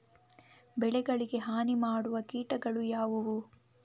ಬೆಳೆಗಳಿಗೆ ಹಾನಿ ಮಾಡುವ ಕೀಟಗಳು ಯಾವುವು?